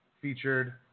featured